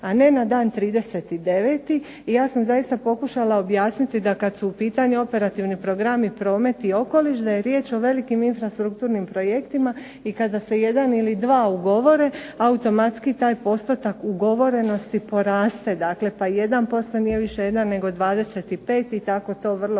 a ne na dan 30.9. I ja sam zaista pokušala objasniti da kad su u pitanju operativni programi promet i okoliš, da je riječ o velikim infrastrukturnim projektima i kada se jedan ili dva ugovore automatski taj postotak ugovorenosti poraste. Dakle, pa jedan posto nije više jedan nego 25 i tako to vrlo